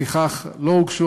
לפיכך לא הוגשו,